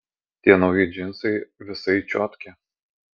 tie nauji džinsai visai čiotki